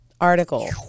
article